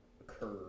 occur